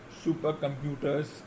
supercomputers